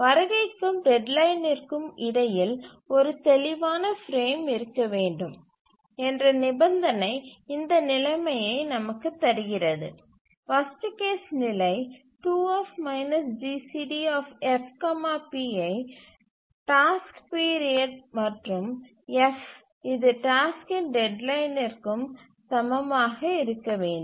வருகைக்கும் டெட்லைனிற்கும் இடையில் ஒரு தெளிவான பிரேம் இருக்க வேண்டும் என்ற நிபந்தனை இந்த நிலையை நமக்குத் தருகிறது வர்ஸ்ட் கேஸ் நிலை 2F GCDf pi task period மற்றும் f இது டாஸ்க்கின் டெட்லைனிற்கு சமமாக இருக்க வேண்டும்